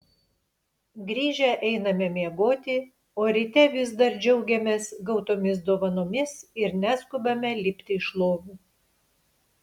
grįžę einame miegoti o ryte vis dar džiaugiamės gautomis dovanomis ir neskubame lipti iš lovų